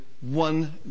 one